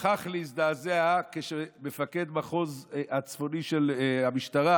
שכח להזדעזע כשמפקד המחוז הצפוני של המשטרה,